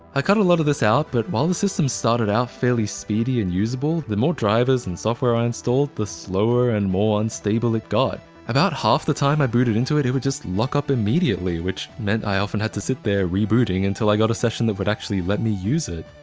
i cut a lot of this out, but while the system started out fairly speedy and usable, the more drivers and software i installed, the slower and more unstable it got. about half of the time i booted into it, it would just lock up immediately, which meant i often had to sit there rebooting until i got a session that would actually let me use it.